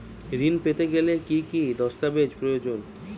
ঋণ পেতে গেলে কি কি দস্তাবেজ প্রয়োজন?